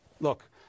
Look